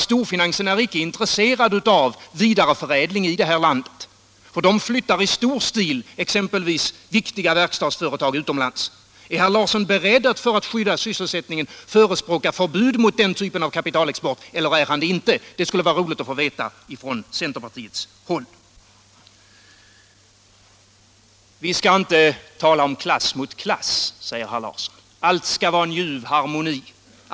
Storfinansen är nämligen inte intresserad av vidareförädling inom landet. Den flyttar i stor stil ex debatt Onsdagen den Är herr Larsson beredd att för att skydda sysselsättningen förespråka 2 februari 1977 förbud mot den typen av kapitalexport eller är han det inte? Det skulle vara glädjande att få besked om det från centerpartiets håll. Allmänpolitisk Vi skall inte tala om klass mot klass, säger herr Larsson. Allt skall debatt vara en ljuv harmoni.